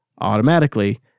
automatically